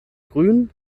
grün